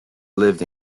lived